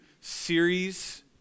series